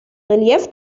relief